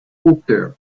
hooker